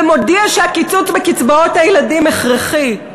ומודיע שהקיצוץ בקצבאות הילדים הכרחי.